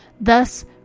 Thus